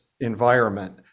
environment